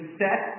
set